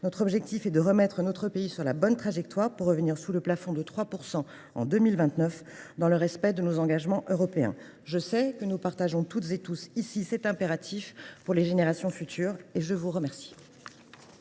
Notre objectif est de remettre notre pays sur la bonne trajectoire pour revenir sous le plafond de 3 % en 2029, dans le respect de nos engagements européens. » Je sais que nous partageons toutes et tous cet impératif pour les générations futures. La parole est à M.